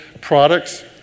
products